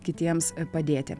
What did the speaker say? kitiems padėti